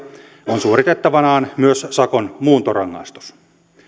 on suoritettavanaan myös sakon muuntorangaistus